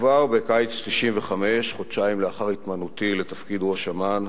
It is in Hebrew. וכבר בקיץ 1995, חודשיים לאחר התמנותי לראש אמ"ן,